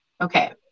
okay